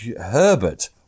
Herbert